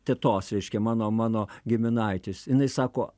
tetos reiškia mano mano giminaitės jinai sako